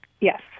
Yes